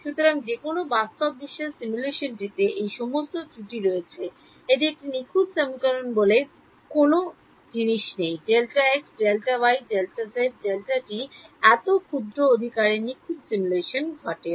সুতরাং যে কোনও বাস্তব বিশ্বের সিমুলেশনটিতে এই সমস্ত ত্রুটি রয়েছে এটি একটি নিখুঁত সিমুলেশন বলে কোনও জিনিস নেই Δx Δy Δz Δt এত ক্ষুদ্র অধিকারে নিখুঁত সিমুলেশন ঘটে